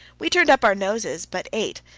we turned up our noses, but ate.